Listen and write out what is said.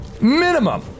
Minimum